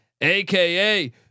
AKA